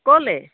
ক'লৈ